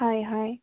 হয় হয়